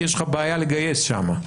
כי יש לך בעיה לגייס שם.